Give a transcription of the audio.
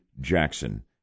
Jackson